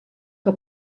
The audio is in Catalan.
que